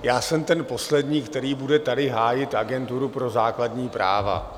Já jsem ten poslední, který bude tady hájit Agenturu pro základní práva.